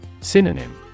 Synonym